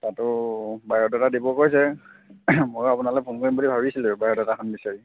তাতো বায়ডাটা দিব কৈছে ময়ো আপোনালৈ ফোন কৰিম বুলি ভাবিছিলোৱে বায়ডাটাখন বিচাৰি